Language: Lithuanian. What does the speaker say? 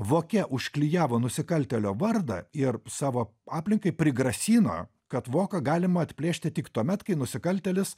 voke užklijavo nusikaltėlio vardą ir savo aplinkai prigrasino kad voką galimą atplėšti tik tuomet kai nusikaltėlis